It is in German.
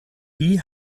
wie